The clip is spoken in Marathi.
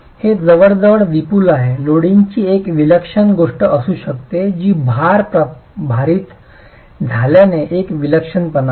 हे जवळजवळ विपुल आहे लोडिंगची एक विलक्षण गोष्ट असू शकते की भार भारित झाल्याने एक विलक्षणपणा आहे